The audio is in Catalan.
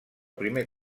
primer